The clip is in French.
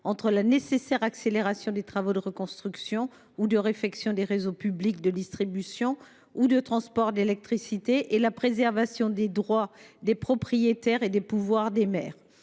entre la nécessaire accélération des travaux de reconstruction et de réfection des réseaux publics de distribution et de transport d’électricité, d’une part, et la préservation des droits des propriétaires et du pouvoir des maires,